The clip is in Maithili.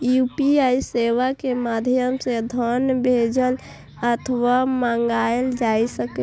यू.पी.आई सेवा के माध्यम सं धन भेजल अथवा मंगाएल जा सकैए